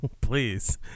Please